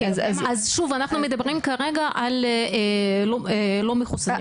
אז שוב אנחנו מדברים כרגע על לא מחוסנים.